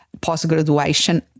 post-graduation